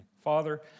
Father